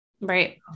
right